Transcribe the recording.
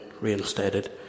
reinstated